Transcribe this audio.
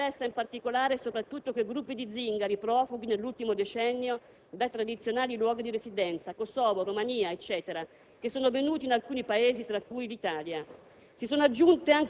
L'accattonaggio interessa, in particolare, soprattutto quei gruppi di zingari profughi nell'ultimo decennio dai tradizionali luoghi di residenza (Kosovo, Romania, eccetera), che sono venuti in alcuni Paesi, fra cui l'Italia.